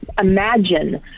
imagine